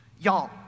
Y'all